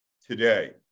today